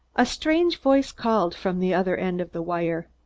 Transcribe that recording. a strange voice called from the other end of the wire.